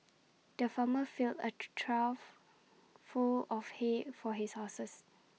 the farmer filled A trough full of hay for his horses